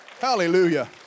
Hallelujah